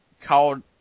called